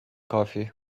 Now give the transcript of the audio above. coffee